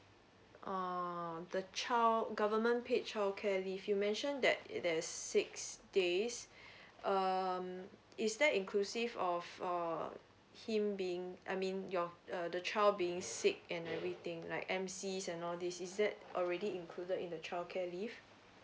err the child government paid childcare leave you mention that there is six days um is that inclusive of um him being I mean your err the child being sick and everything like M_C and all this is that already included in the childcare leave